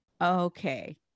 Okay